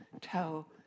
tell